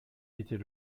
était